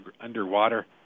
underwater